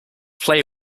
play